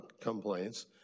complaints